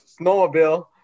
snowmobile